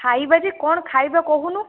ଖାଇବା ଯେ କଣ ଖାଇବା କହୁନୁ